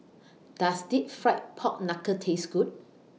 Does Deep Fried Pork Knuckle Taste Good